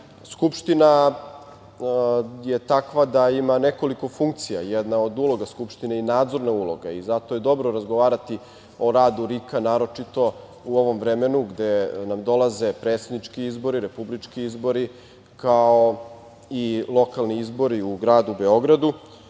Skupština je takva da ima nekoliko funkcija. Jedna od uloga Skupštine je i nadzorna uloga i zato je dobro razgovarati o radu RIK-a naročito u ovom vremenu gde nam dolaze predsednički izbori, republički izbori, kao i lokalni izbori u gradu Beogradu. Često